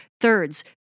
thirds